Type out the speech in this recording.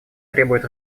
требует